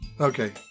Okay